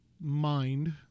mind